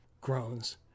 groans